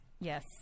Yes